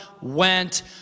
went